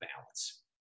balance